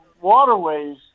waterways